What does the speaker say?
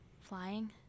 Flying